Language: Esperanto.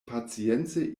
pacience